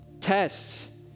tests